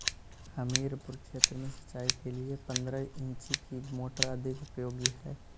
हमीरपुर क्षेत्र में सिंचाई के लिए पंद्रह इंची की मोटर अधिक उपयोगी है?